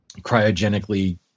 cryogenically